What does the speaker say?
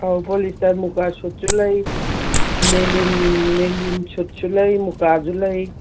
ꯑꯧ ꯄꯣꯂꯤꯁꯇꯔ ꯃꯨꯛꯀꯥ ꯁꯨꯠꯁꯨ ꯂꯩ ꯂꯦꯅꯤꯟ ꯂꯦꯅꯤꯟ ꯁꯨꯠꯁꯨ ꯂꯩ ꯃꯨꯛꯀꯥꯁꯨ ꯂꯩ